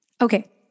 Okay